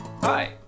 Hi